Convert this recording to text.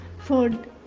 food